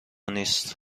نیست